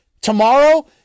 tomorrow